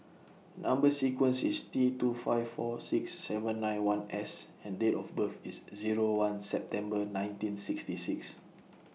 Number sequence IS T two five four six seven nine one S and Date of birth IS Zero one September nineteen sixty six